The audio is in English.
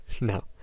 No